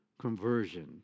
Conversion